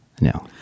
No